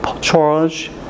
charge